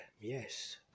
Yes